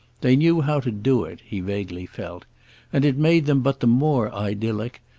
they knew how to do it, he vaguely felt and it made them but more idyllic,